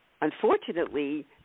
unfortunately